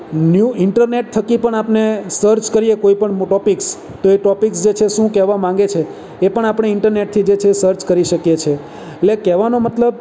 new internet થકી પણ આપણે સર્ચ કરીએ કોઈપણ ટોપિકસ તો એ ટોપિક્સ જે છે એ શું કહેવા માગે છે એ પણ આપણે ઇન્ટરનેટથી જે છે એ સર્ચ કરી શકીએ છીએ એટલે કહેવાનો મતલબ